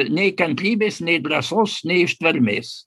nei kantrybės nei drąsos nei ištvermės